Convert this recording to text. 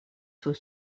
свой